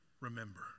remember